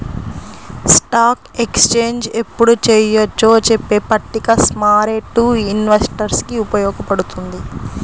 stock exchange ఎప్పుడు చెయ్యొచ్చో చెప్పే పట్టిక స్మార్కెట్టు ఇన్వెస్టర్లకి ఉపయోగపడుతుంది